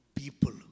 People